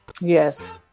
yes